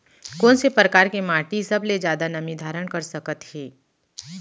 कोन से परकार के माटी सबले जादा नमी धारण कर सकत हे?